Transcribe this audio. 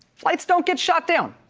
flights don't get shot down.